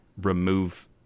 remove